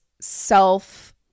self